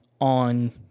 on